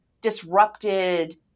disrupted